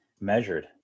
measured